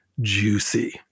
juicy